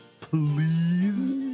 please